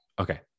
Okay